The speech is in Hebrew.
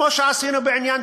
כמו שעשינו בעניין,